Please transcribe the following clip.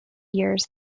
years